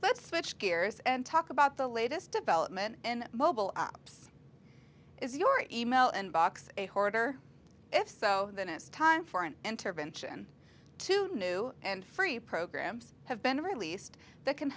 let's switch gears and talk about the latest development in mobile apps is your email inbox a hoarder if so then it's time for an intervention to new and free programs have been released that can